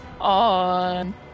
on